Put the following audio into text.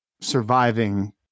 surviving